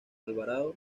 alvarado